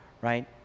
right